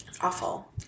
Awful